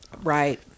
right